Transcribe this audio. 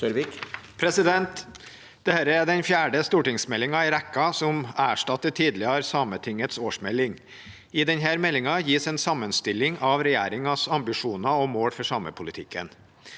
Dette er den fjerde stor- tingsmeldingen i rekken som erstatter den tidligere behandlingen av Sametingets årsmelding. I denne meldingen gis en sammenstilling av regjeringens ambisjoner og mål for samepolitikken.